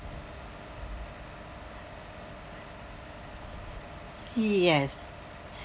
yes